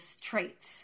traits